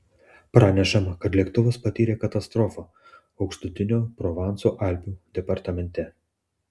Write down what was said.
pranešama kad lėktuvas patyrė katastrofą aukštutinio provanso alpių departamente